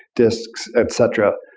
discs, etc.